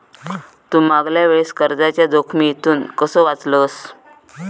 तू मागल्या वेळेस कर्जाच्या जोखमीतून कसो वाचलस